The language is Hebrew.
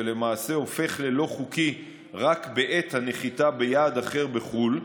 ולמעשה הוא הופך ללא חוקי רק בעת הנחיתה ביעד אחר בחו"ל,